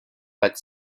but